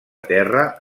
terra